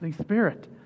Spirit